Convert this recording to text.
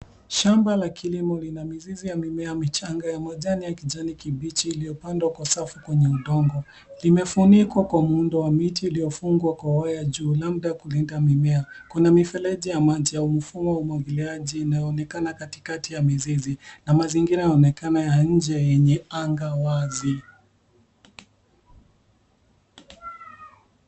Shamba la kilimo lina mizizi ya mimea michanga ya majani ya kijani kibichi iliyopandwa kwa safu kwenye udongo. Limefunikwa kwa muundo wa miti iliyofungwa kwa waya juu labda kulinda mimea. Kwenye mifereji ya maji au mfumo wa umwagiliaji inayoonekana katikati ya mizizi na mazingira yaonekana ya nje yenye anga wazi.